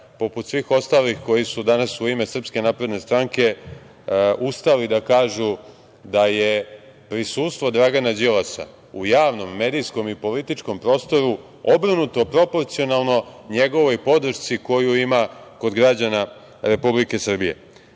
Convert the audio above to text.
poput svih ostalih koji su danas u ime SNS ustali da kažu da je prisustvo Dragana Đilasa u javnom, medijskom i političkom prostoru obrnuto proporcionalno njegovoj podršci koju ima kod građana Republike Srbije. Ne